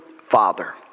father